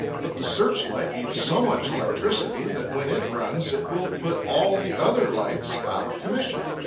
but the searchlight needs so much electricity that when it runs it will put all the other lights out of commission.